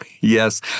Yes